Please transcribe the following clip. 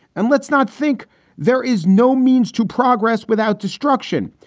and let's not think there is no means to progress without destruction,